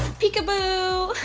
peekaboo!